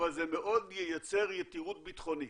אבל זה מאוד ייצר יתירות ביטחונית